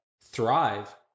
thrive